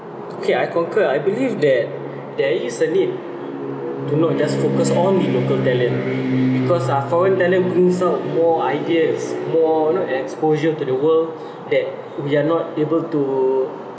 okay I concur I believe that there is a need to not just focus on the local talent because ah foreign talent brings up more ideas more you know exposure to the world that we are not able to